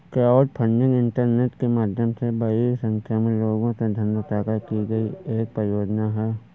crowdfunding internet के माध्यम से बड़ी संख्या में लोगों से धन जुटाकर की गई एक परियोजना है